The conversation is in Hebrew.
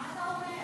אתה יודע מה?